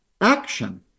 action